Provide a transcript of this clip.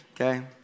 Okay